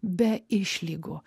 be išlygų